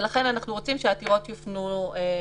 לכן, אנחנו רוצים שהעתירות יופנו לשם.